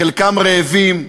חלקם רעבים,